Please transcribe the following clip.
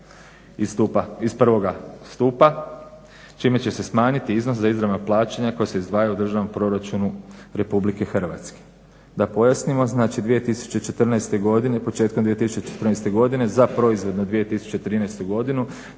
iz prvoga stupa čime će se smanjiti iznos za izravna plaćanja koja se izdvajaju u državnom proračunu Republike Hrvatske. Da pojasnimo, znači 2014. početkom 2014. godine za proizvodnu 2013. godinu